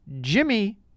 Jimmy